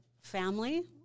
family